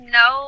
no